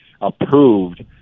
approved